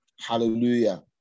Hallelujah